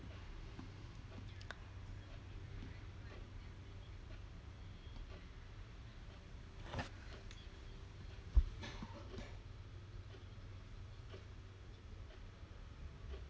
ya